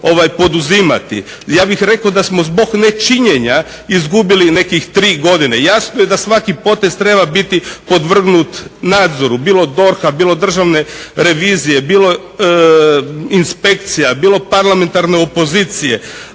Ja bih rekao da smo zbog nečinjenja izgubili nekih tri godine. Jasno je da svaki potez treba biti podvrgnut nadzoru, bilo DORH-a, bilo Državne revizije, bilo inspekcija, bilo parlamentarne opozicije,